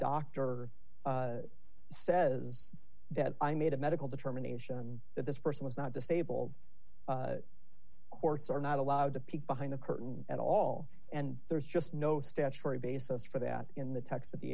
doctor says that i made a medical determination that this person was not disabled courts are not allowed to peek behind the curtain at all and there's just no statutory basis for that in the text of the